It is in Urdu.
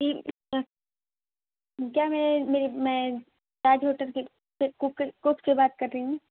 کیا میرے میں تاج ہوٹل کے کوک کوک سے بات کر رہی ہوں